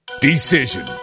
Decision